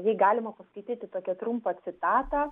jei galima paskaityti tokią trumpą citatą